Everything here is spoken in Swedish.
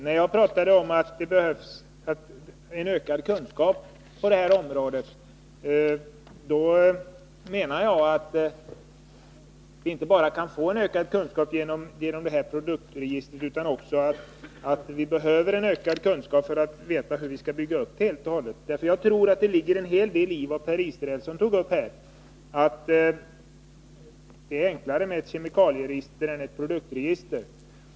När jag pratade om att det behövs en ökad kunskap på det här området menade jag inte bara att vi kan få det genom ett produktregister utan också att vi behöver en ökad kunskap för att veta hur vi skall bygga upp det. Jag tror det ligger en hel deli vad Per Israelsson sade: Det är enklare med ett kemikalieregister än med ett produktregister.